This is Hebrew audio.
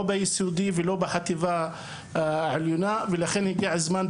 לא ביסודי ולא בחטיבה העליונה ולכן הגיע הזמן,